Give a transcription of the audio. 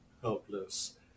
helpless